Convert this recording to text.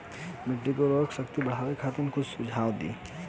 मिट्टी के उर्वरा शक्ति बढ़ावे खातिर कुछ सुझाव दी?